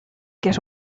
get